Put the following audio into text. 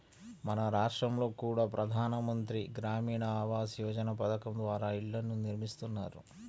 మన రాష్టంలో కూడా ప్రధాన మంత్రి గ్రామీణ ఆవాస్ యోజన పథకం ద్వారా ఇళ్ళను నిర్మిస్తున్నారు